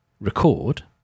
record